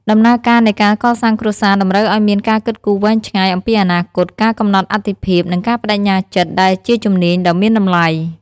ដំណើរការនៃការកសាងគ្រួសារតម្រូវឱ្យមានការគិតគូរវែងឆ្ងាយអំពីអនាគត ការកំណត់អាទិភាព និងការប្តេជ្ញាចិត្ត ដែលជាជំនាញដ៏មានតម្លៃ។